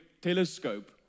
Telescope